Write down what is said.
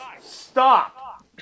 stop